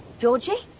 georgie,